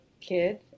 kid